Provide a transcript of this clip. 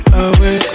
away